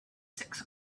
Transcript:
six